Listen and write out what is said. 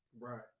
Right